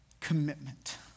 commitment